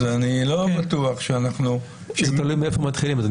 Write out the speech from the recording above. אז אני לא בטוח שאנחנו --- זה תלוי מאיפה מתחילים.